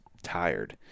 tired